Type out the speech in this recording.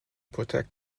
protect